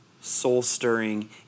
soul-stirring